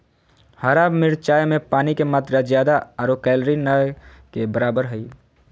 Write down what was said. हरा मिरचाय में पानी के मात्रा ज्यादा आरो कैलोरी नय के बराबर हइ